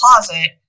closet